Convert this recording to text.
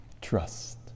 trust